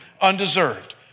undeserved